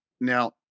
now